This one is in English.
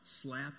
slap